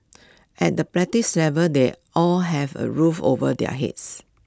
at the practice level they all have A roof over their heads